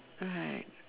right